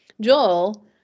Joel